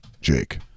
Jake